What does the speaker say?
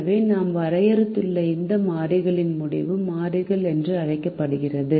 எனவே நாம் வரையறுத்துள்ள இந்த மாறிகள் முடிவு மாறிகள் என்று அழைக்கப்படுகின்றன